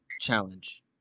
challenge